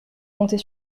compter